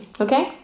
okay